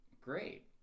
great